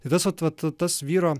tai tas vat tas vyro